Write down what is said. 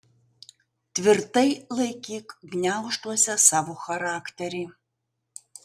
tvirtai laikyk gniaužtuose savo charakterį